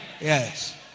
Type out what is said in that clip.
Yes